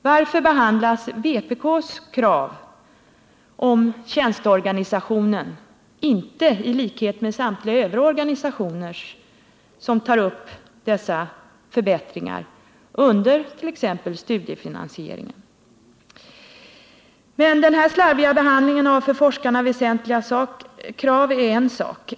Varför behandlas vpk:s motion om tjänsteorganisationen inte, liksom övriga motioner som föreslår förbättringar i detta avseende för forskarna, under rubriken Studiefinansiering? Men denna slarviga behandling av för forskarna väsentliga krav är en sak.